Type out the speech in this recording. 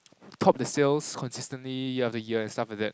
top the sales consistently year after year and stuff like that